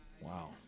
Wow